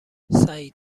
سعید